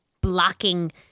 blocking